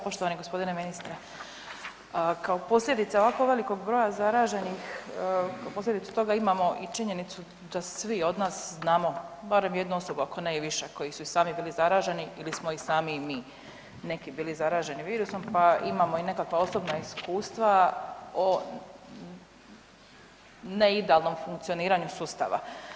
Poštovani g. ministre, kao posljedica ovako velikog broja zaraženih, kao posljedicu toga imamo i činjenicu da svi od nas znamo barem jednu osobu ako ne i više koji su i sami bili zaraženi ili smo ih sami i mi neki bili zaraženi virusom, pa imamo i nekakva osobna iskustva o ne idealnom funkcioniranju sustava.